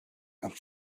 and